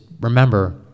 remember